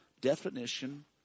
definition